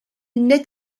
naît